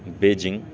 Beijing